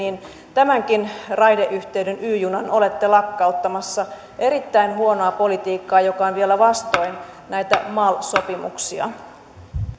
tämänkin raideyhteyden y junan olette lakkauttamassa erittäin huonoa politiikkaa joka on vielä vastoin näitä mal sopimuksia